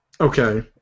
Okay